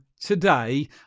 today